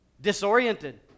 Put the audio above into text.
disoriented